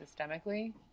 systemically